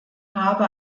habe